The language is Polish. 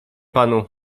panu